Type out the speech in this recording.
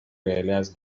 realize